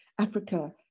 Africa